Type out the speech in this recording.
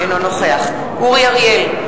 אינו נוכח אורי אריאל,